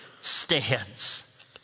stands